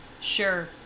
sure